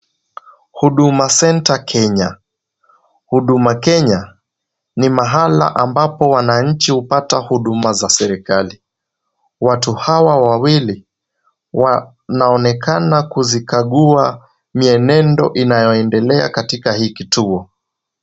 Huduma Centre Kenya. Huduma Kenya ni mahala ambapo wananchi hupata huduma za serekali. Watu hawa wawili wanaonekana kuzikagua mienendo inayoendelea katika hii kituo.